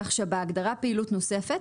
כך שבהגדרה פעילות נוספת,